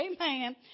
amen